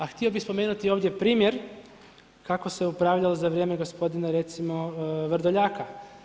A htio bih spomenuti ovdje primjer kako se upravljalo za vrijeme gospodine Vrdoljaka.